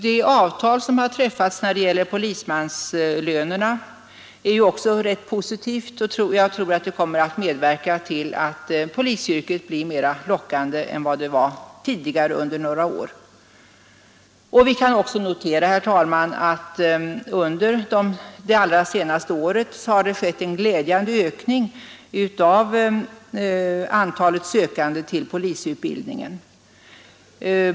Det avtal som har träffats om polismanslönerna är också rätt positivt, och jag tror att det kommer att medverka till att polisyrket blir mera lockande än det varit tidigare under några år. Vi kan också notera, herr talman, att det under allra senaste året har skett en glädjande ökning av antalet sökande till polisutbildningen.